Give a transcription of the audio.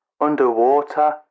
underwater